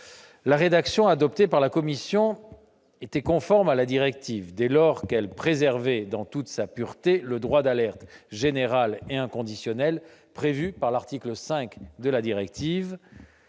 La rédaction adoptée par la commission est conforme à la directive, dès lors qu'elle préserve, dans toute sa pureté, le droit d'alerte général et inconditionnel prévu par l'article 5 de la directive.